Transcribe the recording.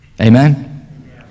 amen